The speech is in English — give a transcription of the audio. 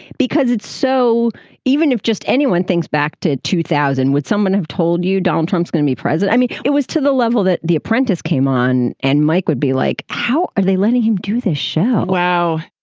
because it's so even if just anyone thinks back to two thousand, would someone have told you donald trump's going to be president? i mean, it was to the level that the apprentice came on and mike would be like, how are they letting him do this show? wow.